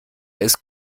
ist